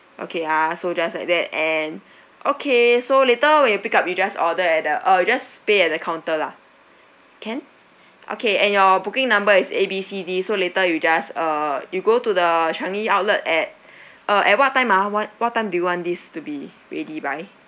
okay ah so just like that and okay so later on when you pick up you just order at the or you just pay at the counter lah can okay and your booking number is A B C D so later you just uh you go to the changi outlet at uh at what time ah what what time do you want this to be ready by